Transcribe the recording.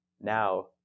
now